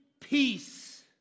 peace